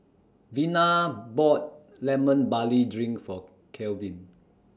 Vina bought Lemon Barley Drink For Kevin